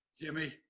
Jimmy